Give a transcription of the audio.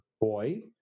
boy